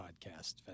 podcast